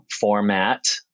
format